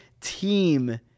team